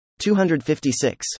256